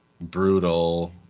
brutal